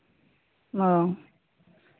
ᱱᱚᱣᱟ